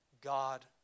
God